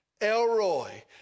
Elroy